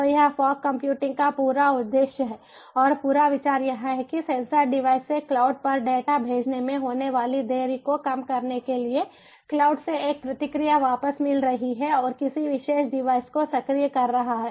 तो यह fog computing का पूरा उद्देश्य है और पूरा विचार यह है कि सेंसर डिवाइस से क्लाउड पर डेटा भेजने में होने वाली देरी को कम करने के लिए क्लाउड से एक प्रतिक्रिया वापस मिल रही है और किसी विशेष डिवाइस को सक्रिय कर रहा है